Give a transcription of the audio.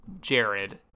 Jared